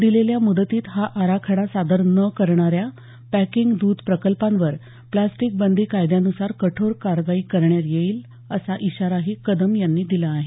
दिलेल्या मुदतीत हा आराखडा सादर न करणाऱ्या पॅकिंग दूध प्रकल्पांवर प्लास्टीक बंदी कायद्यानुसार कठोर कारवाई करण्यात येईल असा इशाराही कदम यांनी दिला आहे